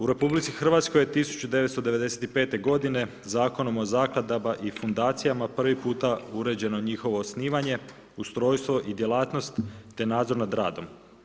U RH je 1995. g. Zakonima o zakladama i fondacijama prvi puta uređeno njihovo osnivanje, ustrojstvo i djelatnost, te nadzor nad radom.